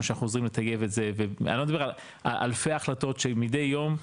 שאנחנו עוזרים לטייב את זה ואני לא מדבר על אלפי החלטות שמדי יום,